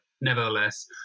nevertheless